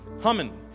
humming